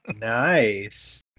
Nice